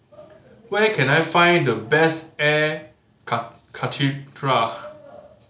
where can I find the best air karthira